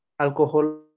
alcohol